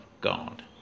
God